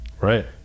Right